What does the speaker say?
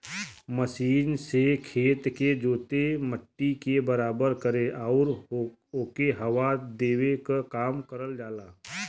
machine से खेत के जोते, मट्टी के बराबर करे आउर ओके हवा देवे क काम करल जाला